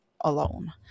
alone